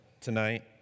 tonight